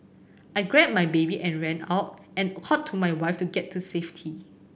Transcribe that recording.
I grabbed my baby and ran out and to my wife to get to safety